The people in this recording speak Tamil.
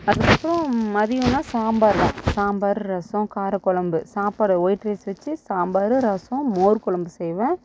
அதுக்கு அப்புறம் மதியம்லாம் சாம்பார் தான் சாம்பார் ரசம் காரக்கொழம்பு சாப்பாடு ஒயிட் ரைஸ் வச்சு சாம்பார் ரசம் மோர்க்குழம்பு செய்வேன்